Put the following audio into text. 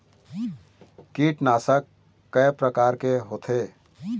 कीटनाशक कय प्रकार के होथे?